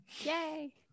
Yay